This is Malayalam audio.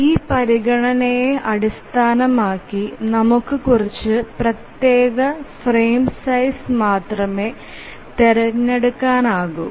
ഈ പരിഗണനയെ അടിസ്ഥാനമാക്കി നമുക്ക് കുറച്ച് പ്രത്യേക ഫ്രെയിം സൈസ് മാത്രമേ തിരഞ്ഞെടുക്കാനാകൂ